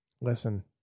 Listen